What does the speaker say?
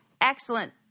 excellent